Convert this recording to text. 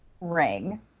ring